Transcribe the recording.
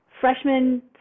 freshman